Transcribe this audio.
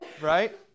right